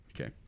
Okay